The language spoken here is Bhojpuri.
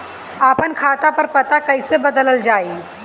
आपन खाता पर पता कईसे बदलल जाई?